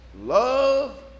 love